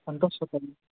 uncle ಶಾಪಲ್ಲಿ